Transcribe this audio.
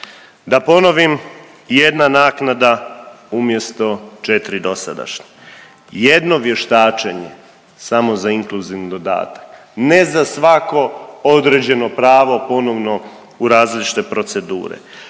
Da ponovim, jedna naknada umjesto četiri dosadašnje. Jedno vještačenje samo za inkluzivni dodatak ne za svako određeno pravo ponovno u različite procedure.